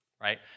right